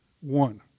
One